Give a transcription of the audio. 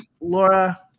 Laura